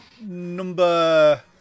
Number